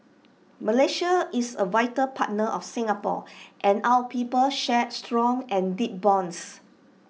Malaysia is A vital partner of Singapore and our peoples share strong and deep bonds